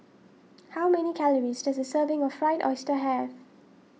how many calories does a serving of Fried Oyster have